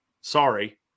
sorry